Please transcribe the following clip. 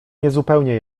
niezupełnie